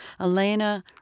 Elena